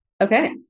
Okay